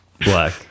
black